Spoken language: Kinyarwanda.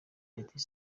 petit